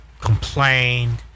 complained